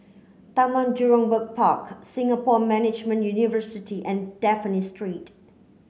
Taman Jurong Park Singapore Management University and Dafne Street